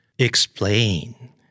Explain